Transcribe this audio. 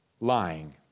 lying